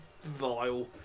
Vile